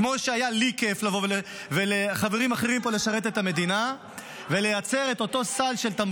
כמו שלי ולחברים אחרים פה היה כיף לבוא ולשרת את המדינה,